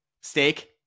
steak